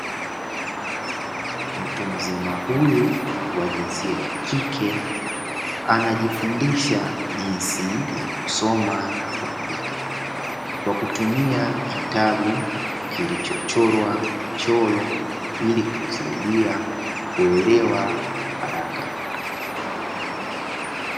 Mtu mzima huyu wa jinsia ya kike, anajifundisha jinsi ya kusoma na kuandika kwa kutumia kitabu kilichochorwa michoro ili kumsaidia kuelewa haraka.